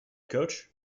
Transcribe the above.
coach